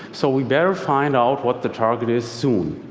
so we better find out what the target is soon.